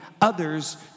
others